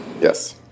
Yes